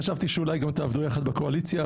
חשבתי שאולי גם תעבדו יחד בקואליציה.